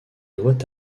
doit